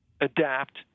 adapt